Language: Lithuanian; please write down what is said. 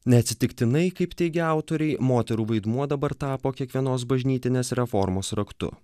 neatsitiktinai kaip teigia autoriai moterų vaidmuo dabar tapo kiekvienos bažnytinės reformos raktu